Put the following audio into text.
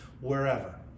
wherever